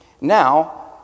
Now